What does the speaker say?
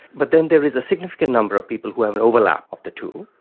but then there is a significant number of people who have an overlap of the two,